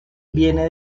viene